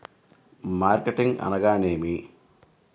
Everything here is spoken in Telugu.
మార్కెటింగ్ అనగానేమి?